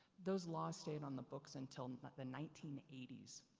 those laws stayed on the books until the nineteen eighty s.